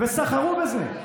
סחרו בזה.